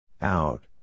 Out